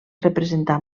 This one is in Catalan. representar